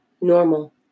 normal